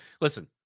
listen